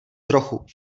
trochu